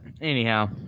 anyhow